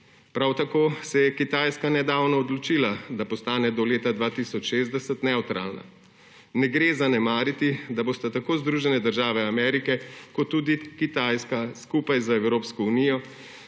Prav tako se je Kitajska nedavno odločila, da postane do leta 2060 nevtralna. Ne gre zanemariti, da bodo tako Združene države Amerike kot tudi Kitajska skupaj z Evropsko unijo